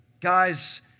Guys